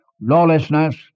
lawlessness